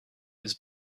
was